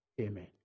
amen